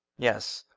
yes,